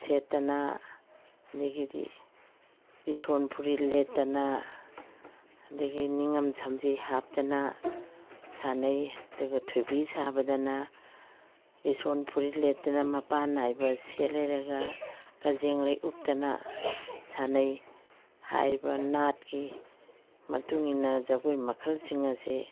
ꯁꯦꯠꯇꯅ ꯑꯗꯒꯤꯗꯤ ꯂꯤꯁꯣꯟ ꯐꯨꯔꯤꯠ ꯂꯤꯠꯇꯅ ꯑꯗꯒꯤ ꯅꯤꯉꯝ ꯁꯝꯖꯤ ꯍꯥꯞꯇꯅ ꯁꯥꯟꯅꯩ ꯑꯗꯨꯒ ꯊꯣꯏꯕꯤ ꯁꯥꯕꯗꯅ ꯂꯤꯁꯣꯟ ꯐꯨꯔꯤꯠ ꯂꯤꯠꯇꯅ ꯃꯄꯥꯟ ꯅꯥꯏꯕ ꯁꯦꯠꯂꯦꯔꯒ ꯀꯖꯦꯡꯂꯩ ꯎꯞꯇꯅ ꯁꯥꯅꯩ ꯍꯥꯏꯔꯤꯕ ꯅꯥꯠꯀꯤ ꯃꯇꯨꯡ ꯏꯟꯅ ꯖꯒꯣꯏ ꯃꯈꯜꯁꯤꯡ ꯑꯁꯤ